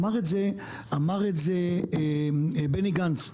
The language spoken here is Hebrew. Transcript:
אמר את זה בני גנץ.